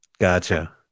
Gotcha